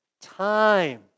time